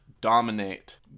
dominate